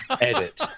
edit